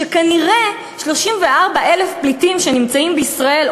שכנראה 34,000 פליטים שנמצאים בישראל,